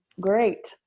great